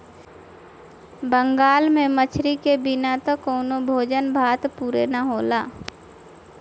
बंगाल में मछरी के बिना त कवनो भोज भात पुरे ना होला